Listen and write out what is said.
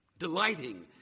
delighting